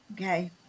Okay